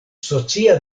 socia